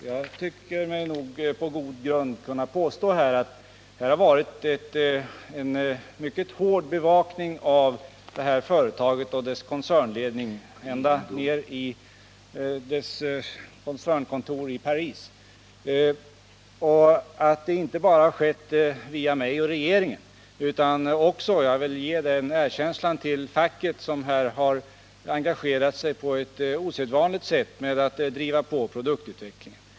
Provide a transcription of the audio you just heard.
Jag tycker mig på goda grunder kunna påstå att det har funnits en mycket hård bevakning av det här företaget och dess koncernledning ända ned till dess koncernkontor i Paris. Den har inte bara skett via mig och regeringen utan också genom facket — jag vill ge facket den erkänslan — som här har engagerat sig på ett osedvanligt sätt genom att driva på produktutvecklingen.